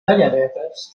talladetes